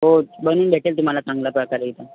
हो बनवून भेटेल तुम्हाला चांगल्या प्रकारे एकदम